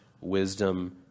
wisdom